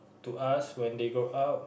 to us when they go out